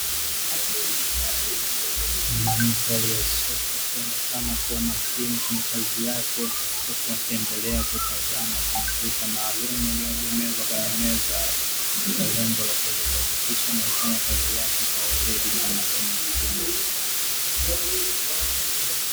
Mwanamke aliyesuka akionekana kuwa makini kwenye kazi yake, huku akiendelea kutazama kompyuta maalumu iliyoegemezwa kwenye meza kwa lengo la kuweza kuhakikisha anaifanya kazi yake kwa uweledi na umakini mkubwa.